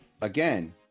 again